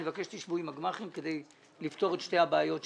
אני מבקש שתשבו עם הגמ"חים כדי לפתור את שתי הבעיות שנשארו,